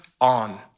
on